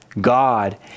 God